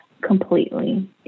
completely